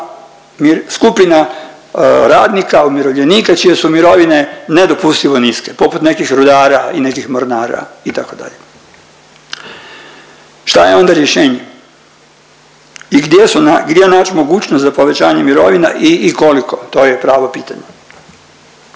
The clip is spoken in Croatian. skupina radnika, umirovljenika čije su mirovine nedopustivo niske poput nekih rudara i nekih mornara itd. Šta je onda rješenje i gdje su, gdje nać mogućnost za povećanje mirovina i koliko to je pravo pitanje.